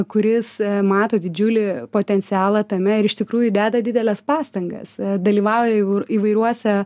kuris mato didžiulį potencialą tame ir iš tikrųjų deda dideles pastangas dalyvauja įvairiuose